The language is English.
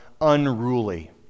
unruly